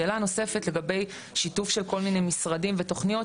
שאלה נוספת לגבי שיתוף של כל מיני משרדים ותוכניות,